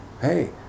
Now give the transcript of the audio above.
hey